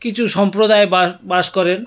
কিছু সম্প্রদায় বাস করেন